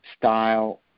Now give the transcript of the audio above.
style